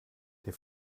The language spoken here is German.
der